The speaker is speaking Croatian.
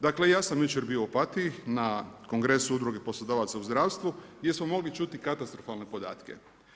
Dakle ja sam jučer bio u Opatiji na Kongresu Udruge poslodavaca u zdravstvu gdje smo mogli čuti katastrofalne podatke.